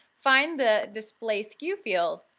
find the display sku? field,